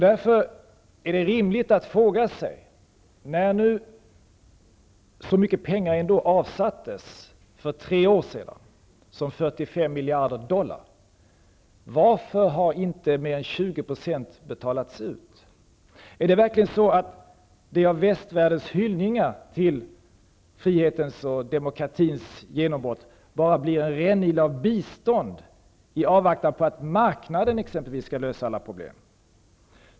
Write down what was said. När nu ändå så mycket pengar som 45 miljoner dollar avsattes för tre år sedan, är det rimligt att fråga sig varför inte mer än 20 % av dessa betalats ut. Är det verkligen så att det av västvärldens hyllningar till frihetens och demokratins genombrott bara blir en rännil av bistånd i avvaktan på att marknaden skall lösa alla problem.